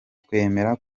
twemera